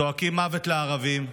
צועקים "מוות לערבים",